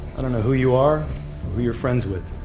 i don't know who you are or who you're friends with.